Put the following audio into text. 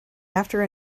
after